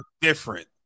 different